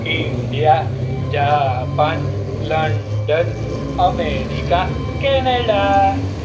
India Japan London America Canada